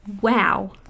Wow